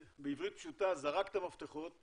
בעברית פשוטה הוא זרק את המפתחות ואמר: